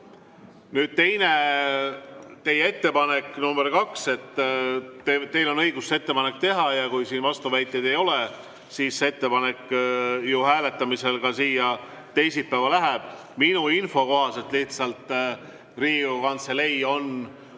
Nüüd teine pool, teie ettepanek nr 2. Teil on õigus see ettepanek teha ja kui siin vastuväiteid ei ole, siis see ettepanek ju hääletamisel ka siia teisipäeva läheb. Minu info kohaselt lihtsalt Riigikogu Kantselei on